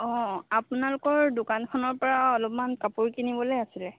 অঁ আপোনালোকৰ দোকানখনৰ পৰা অলপমান কাপোৰ কিনিবলৈ আছিলে